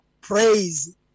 praise